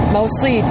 mostly